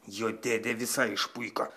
jo dėdė visai išpuiko